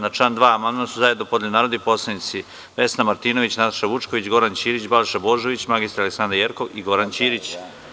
Na član 2. amandman su zajedno podneli narodni poslanici Vesna Martinović, Nataša Vučković, Goran Ćirić, Balša Božović, mr Aleksandra Jerkov i Gordana Čomić.